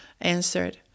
answered